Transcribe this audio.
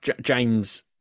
James